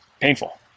painful